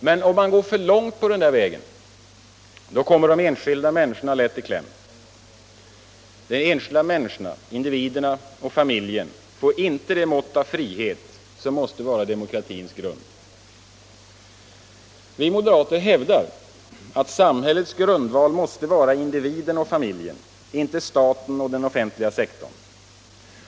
Men om man går för långt på denna väg kommer de enskilda människorna lätt i kläm. De enskilda människorna, individen och familjen, får inte det mått av frihet som måste vara demokratins grund. Vi moderater hävdar att samhällets grundval måste vara individen och familjen, inte staten och den offentliga sektorn.